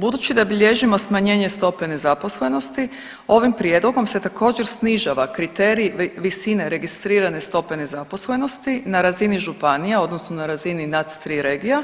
Budući da bilježimo smanjenje stope nezaposlenosti, ovim prijedlogom se također snižava kriterij visine registrirane stope nezaposlenosti na razini županija odnosno na razini NUTS 3 regija,